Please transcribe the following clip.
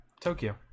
Tokyo